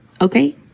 Okay